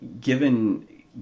Given